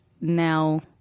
now –